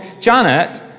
Janet